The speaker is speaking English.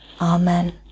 amen